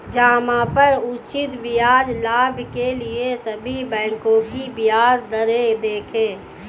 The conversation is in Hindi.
जमा पर उचित ब्याज लाभ के लिए सभी बैंकों की ब्याज दरें देखें